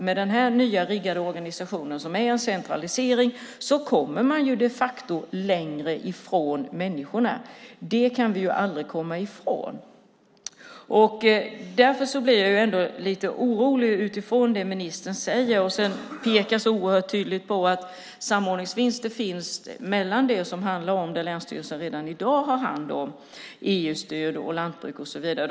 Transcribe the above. Med den nya riggade organisationen, som är en centralisering, kommer man de facto längre från människorna. Det kan vi aldrig komma ifrån. Därför blir jag ändå lite orolig utifrån det ministern säger. Han pekar så oerhört tydligt på att det finns samordningsvinster när det handlar om det som länsstyrelsen redan i dag har hand om, EU-stöd och lantbruk och så vidare.